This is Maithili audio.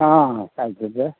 हँ हँ साठि रुपैए